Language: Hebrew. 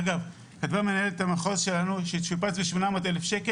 אגב, לפי מנהלת המחוז שלנו הוא שופץ ב-800,000 ₪.